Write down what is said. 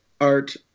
art